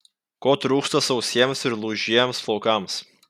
ko trūksta sausiems ir lūžiems plaukams